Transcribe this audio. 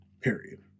period